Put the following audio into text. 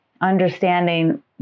understanding